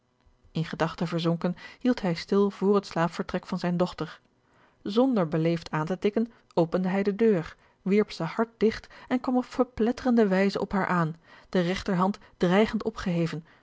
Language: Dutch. in gedachten verzonken hield hij stil voor het slaapvertrek van zijne dochter zonder beleefd aan te tikken opende hij de deur wierp ze hard digt en kwam op verpletterende wijze op haar aan de regter hand dreigend opgeheven